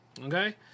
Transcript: okay